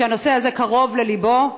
שהנושא הזה קרוב ללבו,